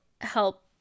help